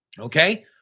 okay